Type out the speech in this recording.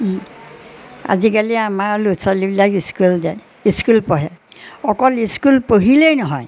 আজিকালি আমাৰ ল'ৰা ছোৱালীবিলাক স্কুল যায় স্কুল পঢ়ে অকল স্কুল পঢ়িলেই নহয়